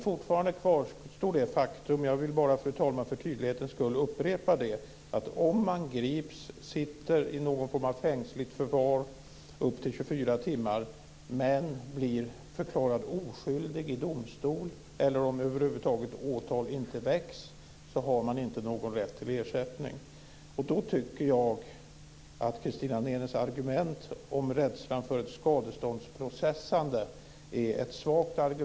Fortfarande kvarstår dock det faktum - jag vill, fru talman, bara för tydlighetens skull upprepa det - att om man grips och sitter i någon form av fängsligt förvar i upp till 24 timmar men blir förklarad oskyldig i domstol eller om åtal över huvud taget inte väcks, har man inte någon rätt till ersättning. Jag tycker att Christina Nenes argument om en rädsla för ett skadeståndsprocessande är svagt.